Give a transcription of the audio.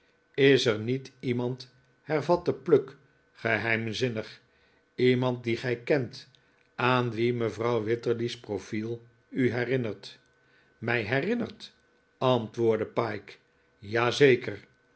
is er niet iemand hervatte pluck geheimzinnig iemand die gij kent aan wie mevrouw wititterly's profiel u herinnert mij herinnert antwoordde pyke